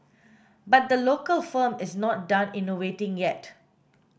but the local firm is not done innovating yet